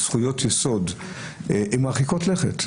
בזכויות יסוד - היא מרחיקת לכת.